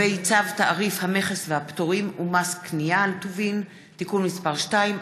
צו תעריף המכס והפטורים ומס קנייה על טובין (תיקון מס' 2),